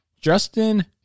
Justin